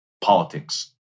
politics